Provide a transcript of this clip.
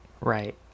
right